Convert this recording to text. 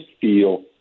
feel